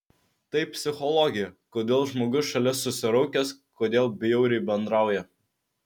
tai psichologija kodėl žmogus šalia susiraukęs kodėl bjauriai bendrauja